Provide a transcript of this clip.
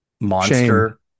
Monster